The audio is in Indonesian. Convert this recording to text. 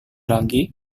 lagi